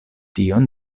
tion